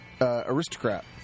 aristocrat